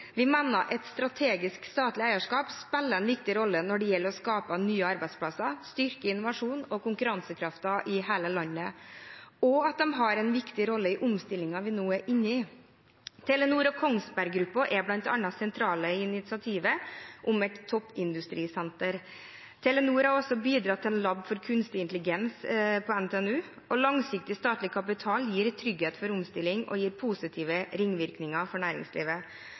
Vi mener et strategisk statlig eierskap spiller en viktig rolle når det gjelder å skape nye arbeidsplasser, styrke innovasjonen og konkurransekraften i hele landet, og at de har en viktig rolle i omstillingen vi nå er inne i. Telenor og Kongsberg Gruppen er bl.a. sentrale i initiativet om et toppindustrisenter. Telenor har også bidratt til en lab for kunstig intelligens på NTNU, og langsiktig statlig kapital gir trygghet for omstilling og positive ringvirkninger for næringslivet.